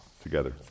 together